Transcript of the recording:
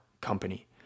company